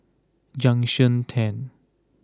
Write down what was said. Junction ten